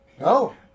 No